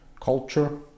culture